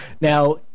Now